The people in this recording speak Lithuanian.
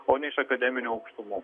o ne iš akademinių aukštumų